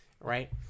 Right